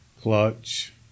Clutch